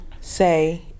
say